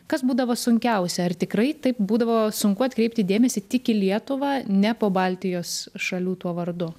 kas būdavo sunkiausia ar tikrai taip būdavo sunku atkreipti dėmesį tik į lietuvą ne po baltijos šalių tuo vardu